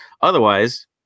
Otherwise